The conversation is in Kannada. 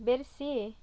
ಬೆರೆಸಿ